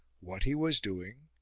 what he was doing,